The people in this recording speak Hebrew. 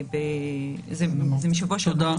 זה מהשבוע שעבר.